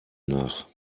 nach